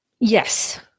Yes